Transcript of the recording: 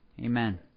Amen